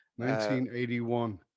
1981